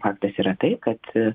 faktas yra tai kad